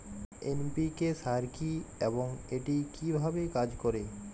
NPK সার কি এবং এটি কিভাবে কাজ করে?